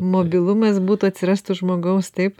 mobilumas būtų atsirastų žmogaus taip